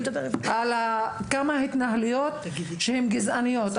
ועל כמה התנהלויות גזעניות.